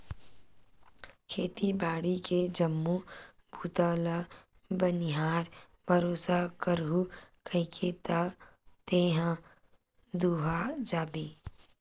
खेती बाड़ी के जम्मो बूता ल बनिहार भरोसा कराहूँ कहिके त तेहा दूहा जाबे